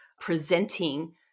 presenting